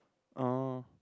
oh